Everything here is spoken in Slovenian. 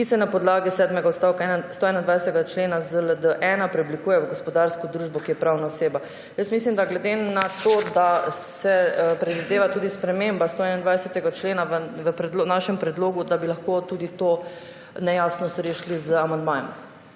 ki se na podlagi sedmega odstavka 121. člena ZLD-1 preoblikujejo v gospodarsko družbo, ki je pravna oseba. Mislim, da bi lahko glede na to, da se predvideva tudi sprememba 121. člena v našem predlogu, tudi to nejasnost rešili z amandmajem